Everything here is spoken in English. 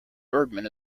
bergman